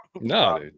No